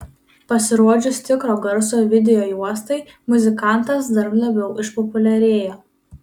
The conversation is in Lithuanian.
pasirodžius tikro garso videojuostai muzikantas dar labiau išpopuliarėjo